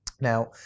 Now